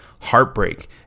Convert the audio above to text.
heartbreak